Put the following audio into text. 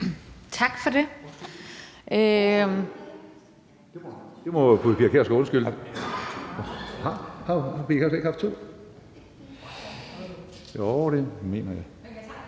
Tak for det.